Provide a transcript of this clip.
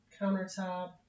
countertop